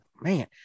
Man